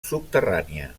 subterrània